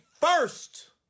first